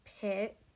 pick